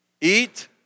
Eat